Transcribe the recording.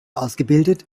ausgebildet